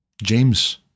James